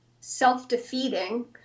self-defeating